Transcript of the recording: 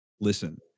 listen